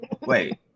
wait